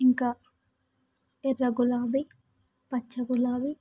ఇంకా ఎర్ర గులాబి పచ్చ గులాబి